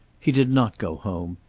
he did not go home.